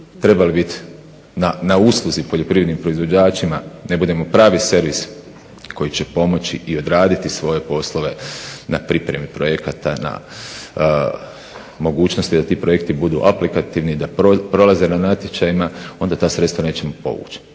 trebali biti na usluzi poljoprivrednim proizvođačima ne budemo pravi servis koji će pomoći i odraditi svoje poslove na pripremi projekata, na mogućnosti da ti projekti budu aplikativni, da prolaze na natječajima onda ta sredstva nećemo povući.